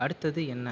அடுத்தது என்ன